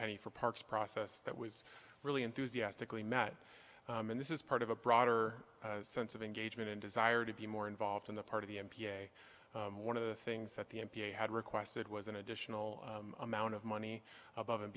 penny for parks process that was really enthusiastic we met and this is part of a broader sense of engagement and desire to be more involved in the part of the n p a one of the things that the n p a had requested was an additional amount of money above and